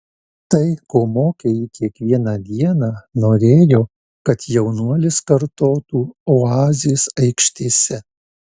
tai ko mokė jį kiekvieną dieną norėjo kad jaunuolis kartotų oazės aikštėse